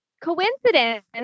coincidence